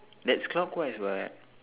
that's clockwise what